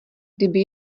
kdyby